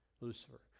Lucifer